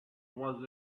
was